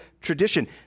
tradition